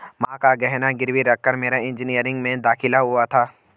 मां का गहना गिरवी रखकर मेरा इंजीनियरिंग में दाखिला हुआ था